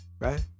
right